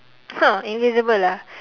!huh! invisible ah